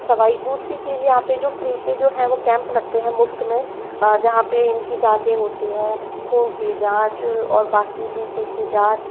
सवई दूसरी चीज़ यहाँ पे जो फ़्री के जो है वो कैंप लगते हैं मुफ़्त में जहाँ पे इनकी जांचें होती हैं खून की जाँच और बाकी बी पी की जाँच